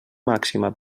màxima